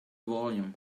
volume